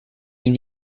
den